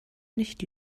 nicht